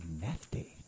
Nasty